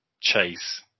Chase